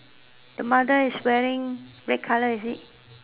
the mother is wearing red color is it